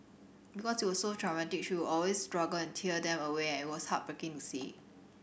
because it was so traumatic she would always struggle and tear them away and it was heartbreaking to see